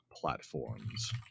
platforms